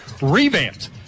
revamped